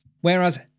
Whereas